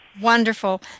Wonderful